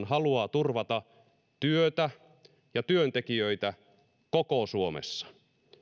haluaa turvata työtä ja työntekijöitä koko suomessa